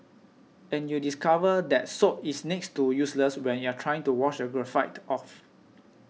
and you discover that soap is next to useless when you are trying to wash graphite off